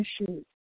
issues